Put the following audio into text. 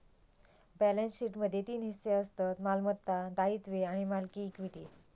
balance शीटमध्ये तीन हिस्से असतत मालमत्ता, दायित्वे आणि मालकी इक्विटी